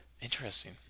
Interesting